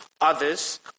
Others